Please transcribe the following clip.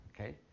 okay